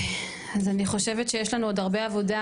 אז אני חושבת שיש לנו עוד הרבה עבודה,